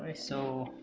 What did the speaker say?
ah so